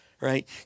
Right